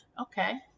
Okay